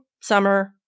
summer